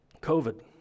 COVID